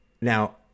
Now